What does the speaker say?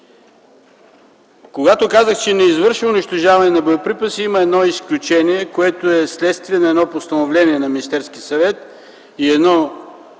Когато казах, че не извършва унищожаване на боеприпаси, има едно изключение, което е следствие на едно постановление на Министерския съвет и един